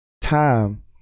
time